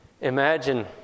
Imagine